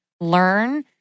learn